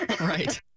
right